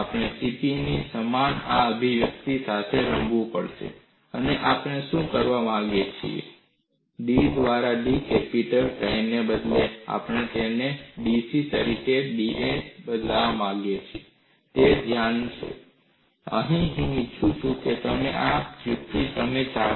આપણે CP ની સમાન આ અભિવ્યક્તિ સાથે રમવું પડશે અને આપણે શું કરવા માંગીએ છીએ d દ્વારા d કેપિટલ pi ને બદલે આપણે તેને dC ની દ્રષ્ટિએ da દ્વારા બદલવા માંગીએ છીએ તે ધ્યાન છે અને હું ઇચ્છું છું કે તમે આ વ્યુત્પત્તિ જાતે કરો